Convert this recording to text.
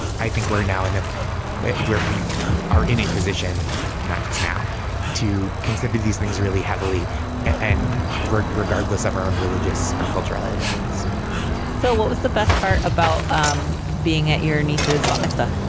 i think we're now in a where we are in a position not just now to consider these things really heavily and right regardless of our own religious or cultural identities phil, what was the best part about um being at your niece's bat but mitzvah?